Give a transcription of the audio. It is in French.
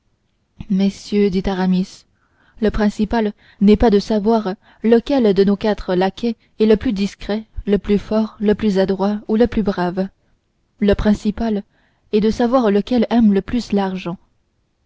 messieurs dit aramis le principal n'est pas de savoir lequel de nos quatre laquais est le plus discret le plus fort le plus adroit ou le plus brave le principal est de savoir lequel aime le plus l'argent